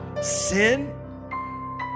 sin